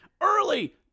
Early